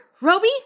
Roby